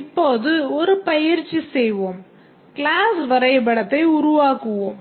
இப்போது ஒரு பயிற்சி செய்வோம் கிளாஸ் வரைபடத்தை உருவாக்குவோம்